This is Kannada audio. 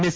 ಎಸ್